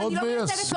אני לא מייצגת,